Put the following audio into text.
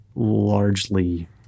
Largely